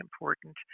important